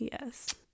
yes